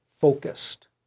focused